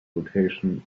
rotation